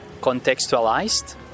contextualized